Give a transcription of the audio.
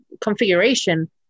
configuration